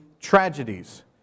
tragedies